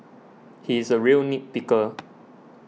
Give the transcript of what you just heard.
he is a real nit picker